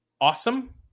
awesome